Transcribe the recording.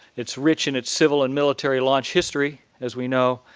it's rich in its civil and military launch history, as we know,